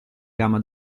gamma